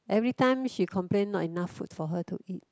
everytime she complain not enough food for her to eat